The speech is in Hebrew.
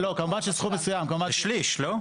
שליש, לא?